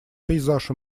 пейзаж